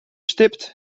stipt